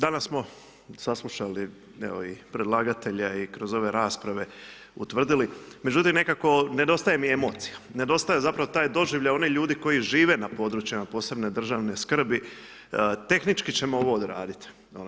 Danas smo saslušali i predlagatelja i kroz ove rasprave utvrdili, međutim, nekako nedostaje mi emocija, nedostaje zapravo taj doživljaj onih ljudi koji žive na područjima posebne državne skrbi, tehnički ćemo ovo odraditi.